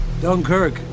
Dunkirk